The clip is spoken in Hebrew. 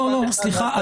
סליחה,